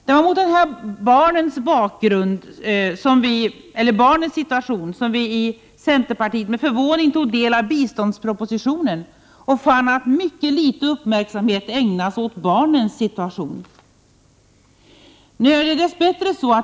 Det var mot bakgrund av barnens situation som vi i centerpartiet med förvåning tog del av biståndspropositionen och fann att mycket liten uppmärksamhet ägnades åt barnens situation.